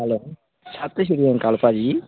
hello ਸਤਿ ਸ਼੍ਰੀ ਅਕਾਲ ਭਾਅ ਜੀ